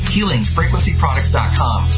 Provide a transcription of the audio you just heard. HealingFrequencyProducts.com